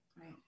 Right